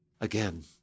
Again